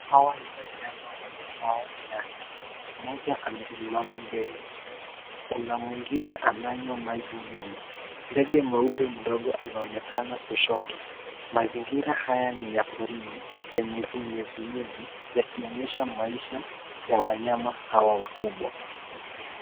Hawa ni wanyama waitwao nyati, moja amesimama mbele kuna mwingine ananywa maji nyuma. Ndege mweupe mdogo anaonekana kushoto. Mazingira haya ni ya porini yenye unyevunyevu yakionyesha maisha ya wanyama hawa wakubwa.